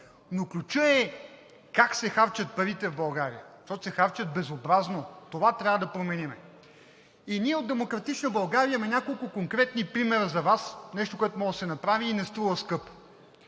Ключът е как се харчат парите в България, защото се харчат безобразно. Това трябва да променим. Ние от „Демократична България“ имаме няколко конкретни примера за Вас – нещо, което може да се направи и не струва скъпо.